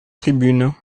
tribune